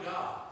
God